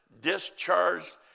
discharged